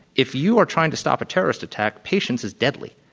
if you are trying to stop a terrorist attack, patience is deadly.